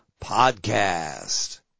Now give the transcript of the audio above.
Podcast